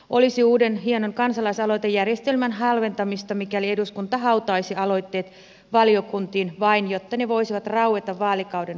olisi uuden hienon kansalaisaloitejärjestelmän halventamista mikäli eduskunta hautaisi aloitteet valiokuntiin vain jotta ne voisivat raueta vaalikauden vaihteessa